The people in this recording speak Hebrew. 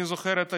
אני זוכר את היום,